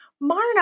Marna